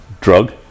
drug